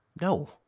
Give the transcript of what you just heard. No